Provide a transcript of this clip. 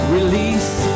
Release